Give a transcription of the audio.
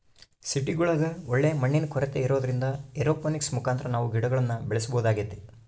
ಸಿಟಿಗುಳಗ ಒಳ್ಳೆ ಮಣ್ಣಿನ ಕೊರತೆ ಇರೊದ್ರಿಂದ ಏರೋಪೋನಿಕ್ಸ್ ಮುಖಾಂತರ ನಾವು ಗಿಡಗುಳ್ನ ಬೆಳೆಸಬೊದಾಗೆತೆ